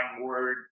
word